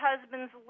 husbands